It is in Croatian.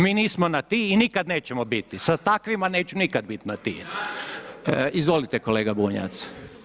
Mi nismo na ti i nikada nećemo biti, sa takvima neću nikada biti na ti, izvolite kolega Bunjac.